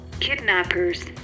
kidnappers